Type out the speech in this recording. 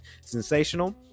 Sensational